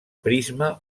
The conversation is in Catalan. prisma